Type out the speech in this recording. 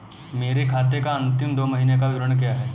मेरे खाते का अंतिम दो महीने का विवरण क्या है?